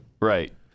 Right